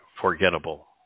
forgettable